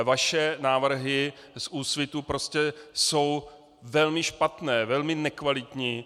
Vaše návrhy z Úsvitu prostě jsou velmi špatné, velmi nekvalitní.